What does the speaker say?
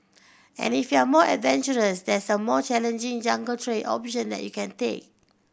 and if you're more adventurous there's a more challenging jungle trail option that you can take